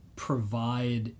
provide